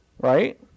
right